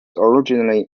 originally